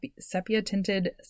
sepia-tinted